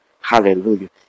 Hallelujah